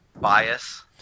bias